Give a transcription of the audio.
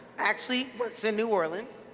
actually works in new orleans,